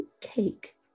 cake